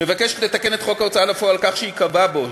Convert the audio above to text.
מבקשת לתקן את חוק ההוצאה לפועל כך שייקבע בו